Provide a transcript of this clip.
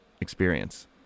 experience